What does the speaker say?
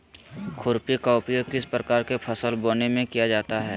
खुरपी का उपयोग किस प्रकार के फसल बोने में किया जाता है?